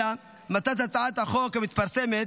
אלא מטרת הצעת החוק המתפרסמת